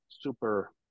super